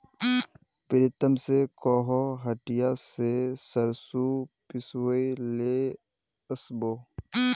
प्रीतम स कोहो हटिया स सरसों पिसवइ ले वस बो